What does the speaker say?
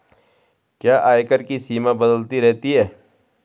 क्या आयकर की सीमा बदलती रहती है?